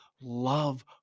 love